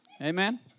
Amen